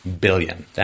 billion